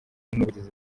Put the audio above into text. n’ubugizi